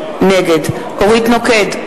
נגד אורית נוקד,